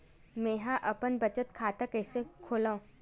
मेंहा अपन बचत खाता कइसे खोलव?